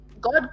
God